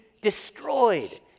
destroyed